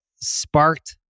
sparked